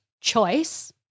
choice